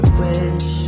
wish